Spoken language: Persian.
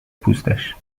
پوستش